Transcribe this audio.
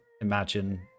imagine